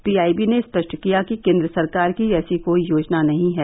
PIB ने स्पष्ट किया कि केंद्र सरकार की ऐसी कोई योजना नहीं है